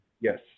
yes